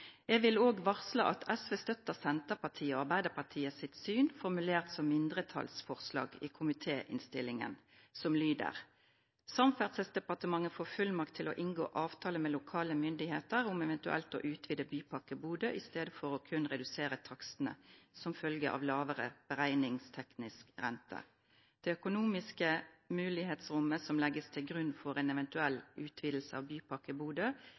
Jeg vil også varsle at SV støtter Senterpartiet og Arbeidets syn formulert som mindretallsforslag i komitéinnstillingen, som lyder: «Samferdselsdepartementet får fullmakt til å inngå avtale med lokale myndigheter om eventuelt å utvide Bypakke Bodø i stedet for kun å redusere takstene som følge av lavere beregningsteknisk rente. Det økonomiske mulighetsrommet som legges til grunn for en eventuell utvidelse av